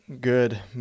good